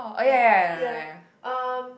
oh yeah yeah um